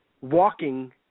walking